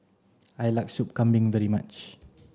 I like sup Kambing very much